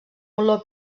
olor